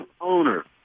owner